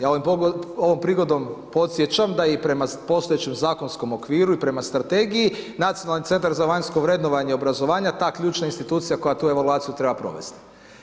Ja ovom prigodom podsjećam da je i prema postojećem zakonskom okviru i prema strategiji Nacionalni centar za vanjsko vrednovanje i obrazovanje ta ključna institucija koja tu evaluaciju treba provesti.